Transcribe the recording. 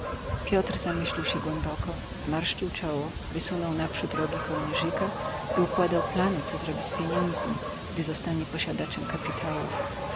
piotr zamyślił się głęboko zmarszczył czoło wysunął naprzód rogi kołnierzyka i układał plany co zrobi z pieniędzmi gdy zostanie posiadaczem kapitałów